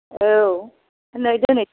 औ होनबालाय दिनै